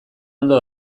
ondo